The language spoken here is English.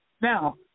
Now